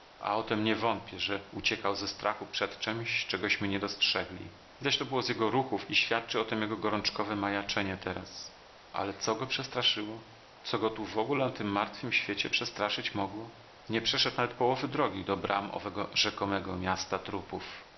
a o tem nie wątpię że uciekał ze strachu przed czemś czegośmy nie dostrzegli widać to było z jego ruchów i świadczy o tem jego gorączkowe majaczenie teraz ale co go przestraszyło co go tu wogóle na tym martwym świecie przestraszyć mogło nie przeszedł nawet połowy drogi do bram owego rzekomego miasta trupów